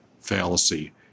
fallacy